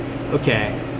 okay